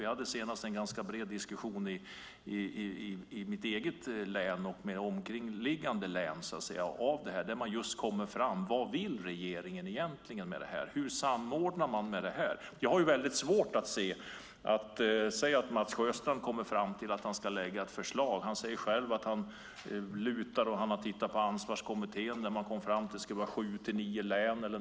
Vi hade senast en bred diskussion i mitt eget län och med omkringliggande län. Där kom frågan om vad regeringen egentligen vill fram. Hur sker samordningen? Säg att Mats Sjöstrand kommer fram till att han ska lägga fram ett förslag. Han säger själv att han har tittat på Ansvarskommitténs arbete, som har kommit fram till att det ska vara sju till nio län.